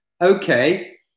Okay